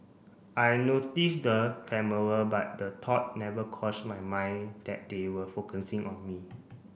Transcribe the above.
I noticed the camera but the thought never crossed my mind that they were focusing on me